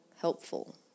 helpful